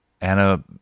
Anna